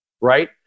right